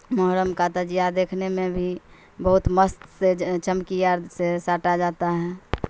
محرم کا تعزیہ دیکھنے میں بھی بہت مست سے جو چمکیوں سے سانٹا جاتا ہے